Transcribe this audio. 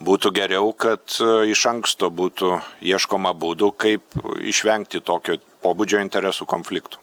būtų geriau kad iš anksto būtų ieškoma būdų kaip išvengti tokio pobūdžio interesų konfliktų